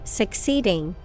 succeeding